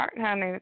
honey